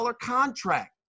contract